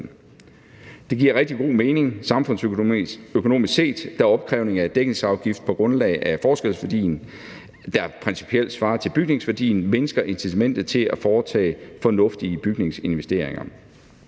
Det giver rigtig god mening samfundsøkonomisk set, da opkrævning af dækningsafgift på grundlag af forskelsværdien, der principielt svarer til bygningsværdien, mindsker incitamentet til at foretage fornuftige bygningsinvesteringer.